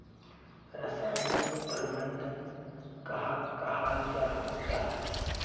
रासायनिक प्रबंधन कहाक कहाल जाहा जाहा?